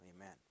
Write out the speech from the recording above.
Amen